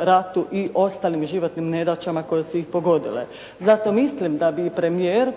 ratu i ostalim životnim nedaćama koje su ih pogodile. Zato mislim da bi i premijer